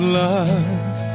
love